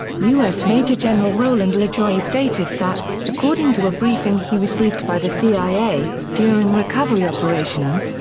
u s. major general roland lajoie stated that, according to a briefing he received by the cia, during recovery operations,